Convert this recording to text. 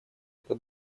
это